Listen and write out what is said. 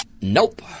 Nope